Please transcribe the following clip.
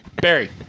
Barry